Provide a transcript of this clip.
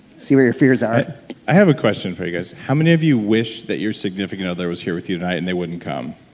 see where your fears are i have a question for you guys. how many of you wish that your significant other was here with you tonight and they wouldn't come?